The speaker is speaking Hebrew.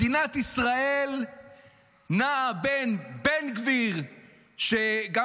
מדינת ישראל נעה בין בן גביר מהסמל של הקאדילק,